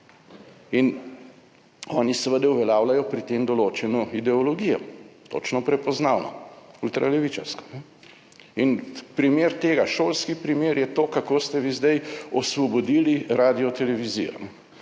In oni seveda uveljavljajo pri tem določeno ideologijo, točno prepoznavno, ultra levičarsko. In primer tega, šolski primer je to, kako ste vi zdaj osvobodili Radiotelevizijo,